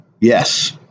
Yes